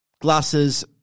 Glasses